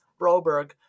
Broberg